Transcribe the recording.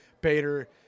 Bader